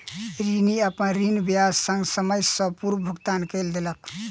ऋणी, अपन ऋण ब्याज संग, समय सॅ पूर्व भुगतान कय देलक